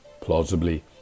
Plausibly